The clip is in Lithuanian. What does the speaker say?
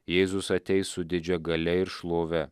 jėzus ateis su didžia galia ir šlove